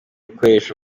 bikoresho